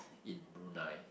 in Brunei